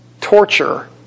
torture